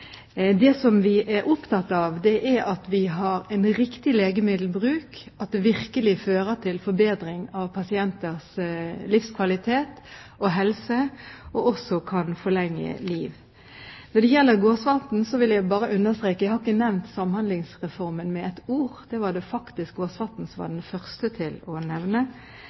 Det vi er opptatt av, er at vi har en riktig legemiddelbruk, at den virkelig fører til en forbedring av pasienters livskvalitet og helse, og at den kan forlenge liv. Når det gjelder Gåsvatns innlegg, vil jeg bare understreke at jeg ikke har nevnt Samhandlingsreformen med et ord. Det var det faktisk Gåsvatn som var den første til å